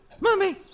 Mommy